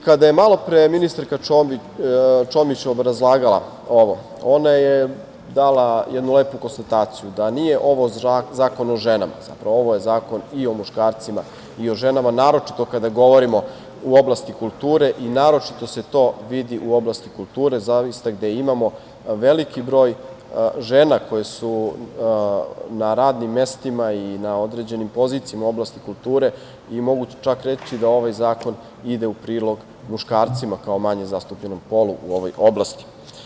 Kada je malopre ministarka Čomić obrazlagala ovo, ona je dala jednu lepu konstataciju da nije ovo zakon o ženama, zapravo ovo je zakon i o muškarcima i o ženama, naročito kada govorimo u oblasti kulture i naročito se to vidi u oblasti kulture, zaista gde imamo veliki broj žena koje su na radnim mestima i na određenim pozicijama u oblasti kulture i mogu čak reći da ovaj zakon ide u prilog muškarcima, kao manje zastupljenom polu u ovoj oblasti.